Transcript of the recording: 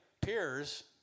peers